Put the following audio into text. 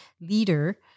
leader